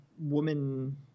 woman